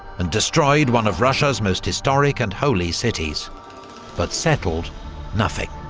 and destroyed one of russia's most historic and holy cities but settled nothing.